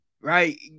right